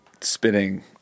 spinning